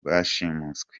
bashimuswe